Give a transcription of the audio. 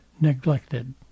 neglected